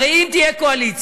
הרי אם תהיה קואליציה,